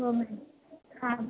हो मॅडम हां